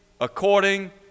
according